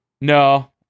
No